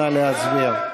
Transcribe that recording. נא להצביע.